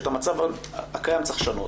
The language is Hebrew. שאת המצב הקיים צריך לשנות.